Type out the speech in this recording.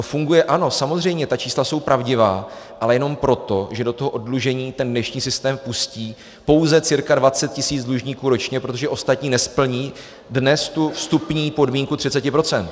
Funguje, ano, samozřejmě, ta čísla jsou pravdivá, ale jenom proto, že do toho oddlužení dnešní systém pustí pouze cca 20 tisíc dlužníků ročně, protože ostatní nesplní dnes tu vstupní podmínku 30 %.